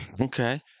Okay